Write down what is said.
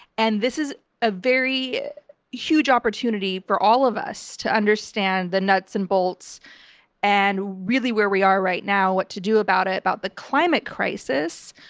and this is a very huge opportunity for all of us to understand the nuts and bolts and really where we are right now, and what to do about it about the climate crisis.